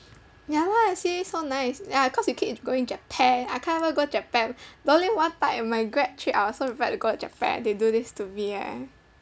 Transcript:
ya lah see so nice ya cause you keep going japan I can't even go japan the only one time in my grad trip I was so prepared to go to japan they do this to me leh